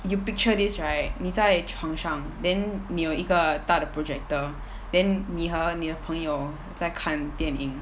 you picture this right 你在床上 then 你有一个大的 projector then 你和你的朋友在看电影